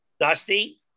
Dusty